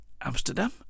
Amsterdam